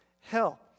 hell